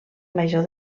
major